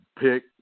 pick